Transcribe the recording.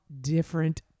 different